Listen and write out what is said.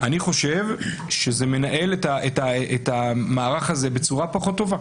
אני חושב שזה מנהל את המערך הזה בצורה פחות טובה.